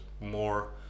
more